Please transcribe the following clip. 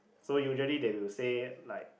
so usually they will say like